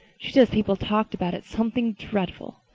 she says people talked about it something dreadful.